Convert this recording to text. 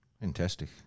Fantastic